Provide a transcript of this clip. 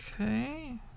okay